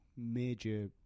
major